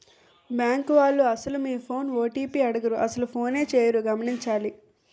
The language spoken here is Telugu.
బ్యాంకు వాళ్లు అసలు మీ ఫోన్ ఓ.టి.పి అడగరు అసలు ఫోనే చేయరు గమనించాలి